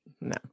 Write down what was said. No